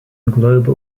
globe